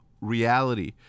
reality